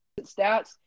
stats